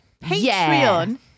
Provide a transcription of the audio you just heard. Patreon